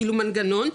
כאילו מנגנון,